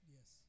Yes